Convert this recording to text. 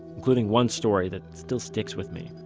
including one story that still sticks with me.